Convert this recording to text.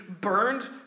burned